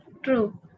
True